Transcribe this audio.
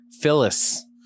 Phyllis